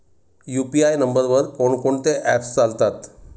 UPI नंबरवर कोण कोणते ऍप्स चालतात?